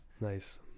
Nice